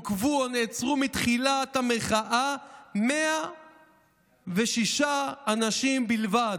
עוכבו או נעצרו מתחילת המחאה 106 אנשים בלבד.